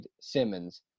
Simmons